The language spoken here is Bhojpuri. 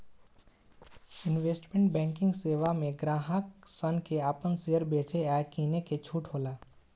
इन्वेस्टमेंट बैंकिंग सेवा में ग्राहक सन के आपन शेयर बेचे आ किने के छूट होला